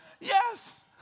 Yes